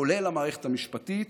כולל המערכת המשפטית,